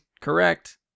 Correct